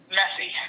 messy